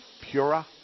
Pura